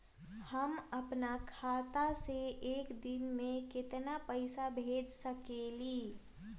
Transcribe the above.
हम अपना खाता से एक दिन में केतना पैसा भेज सकेली?